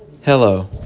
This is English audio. hello